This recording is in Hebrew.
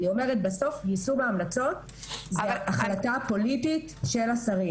אני אומרת שבסוף יישום ההמלצות זו החלטה פוליטית של השרים.